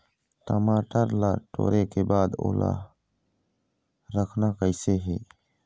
टमाटर ला टोरे के बाद ओला रखना कइसे हे?